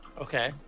Okay